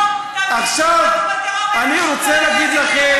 אנחנו לא יושבים בצד,